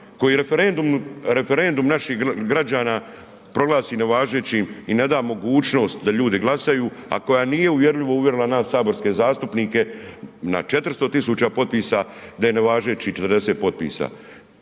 koji referendum naših građana proglasi nevažećim i ne da mogućnost da ljudi glasaju a koja nije uvjerljivo uvjerila nas saborske zastupnike na 400 000 potpisa da je nevažećih 40 potpisa.